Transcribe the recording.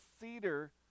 cedar